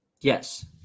Yes